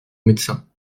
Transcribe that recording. médecin